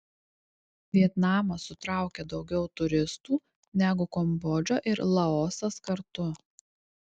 vietnamas sutraukia daugiau turistų negu kambodža ir laosas kartu